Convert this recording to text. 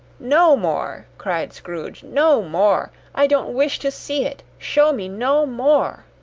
no more! cried scrooge. no more. i don't wish to see it. show me no more!